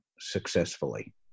successfully